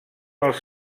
els